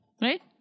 Right